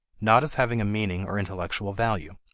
not as having a meaning or intellectual value.